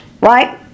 right